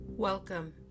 Welcome